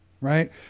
Right